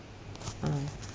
uh